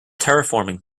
terraforming